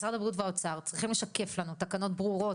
משרד הבריאות והאוצר צריכים לשקף לנו תקנות ברורות,